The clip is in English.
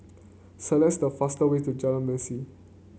select the faster way to Jalan Mesin